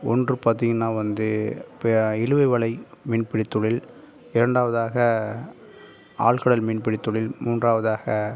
ஒன்று பார்த்தீங்கன்னா வந்து இழுவை வலை மீன்பிடித் தொழில் இரண்டாவதாக ஆழ்கடல் மீன்பிடித் தொழில் மூன்றாவதாக